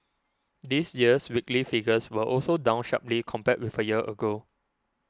this year's weekly figures were also down sharply compared with a year ago